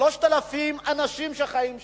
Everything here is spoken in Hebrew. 3,000 אנשים חיים שם,